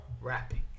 rapping